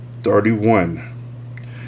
Thirty-one